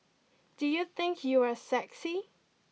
do you think you are sexy